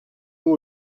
nous